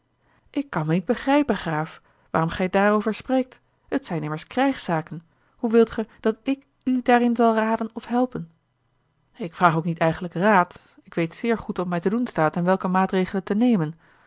ik kan mij niet begrijpen graaf waarom gij daarover spreekt het zijn immers krijgszaken hoe wilt gij dat ik u daarin zal raden of helpen ik vraag ook niet eigenlijk raad ik weet zeer goed wat mij te doen staat en welke maatregelen te nemen